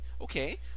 Okay